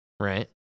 right